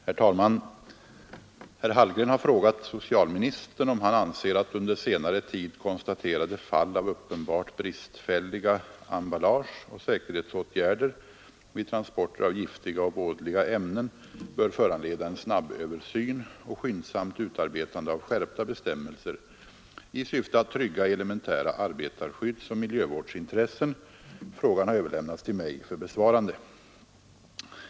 Herr talman! Herr Hallgren har frågat socialministern om han anser att under senare tid konstaterade fall av uppenbart bristfälliga emballage och säkerhetsåtgärder vid transporter av giftiga och vådliga ämnen bör föranleda en snabböversyn och skyndsamt utarbetande av skärpta bestämmelser i syfte att trygga elementära arbetarskyddsoch miljövårdsintressen. Frågan har överlämnats till mig för besvarande.